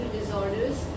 disorders